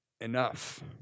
enough